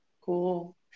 cool